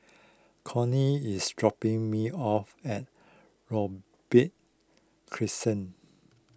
Cony is dropping me off at Robey Crescent